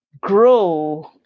grow